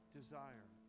desire